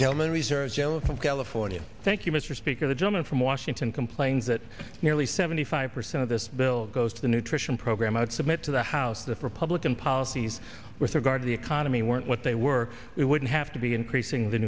delma reserve joke of california thank you mr speaker the gentleman from washington complains that nearly seventy five percent of this bill goes to the nutrition program i would submit to the house the republican policies with regard to the economy weren't what they were it wouldn't have to be increasing the